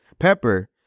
pepper